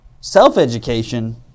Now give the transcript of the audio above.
self-education